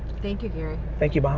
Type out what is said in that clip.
thank you, gary. thank you, but